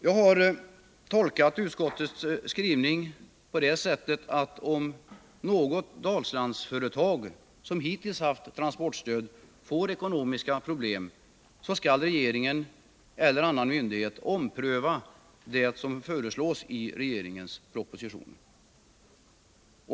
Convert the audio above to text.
Jag har tolkat utskottets skrivning på det sättet att om något Dalslandsföretag som hittills erhållit transportstöd får ekonomiska problem skall regeringen eller annan myndighet ompröva det som föreslås i regeringens proposition.